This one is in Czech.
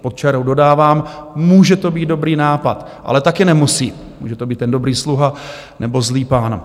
Pod čarou dodávám, může to být dobrý nápad, ale taky nemusí, může to být dobrý sluha, nebo zlý pán.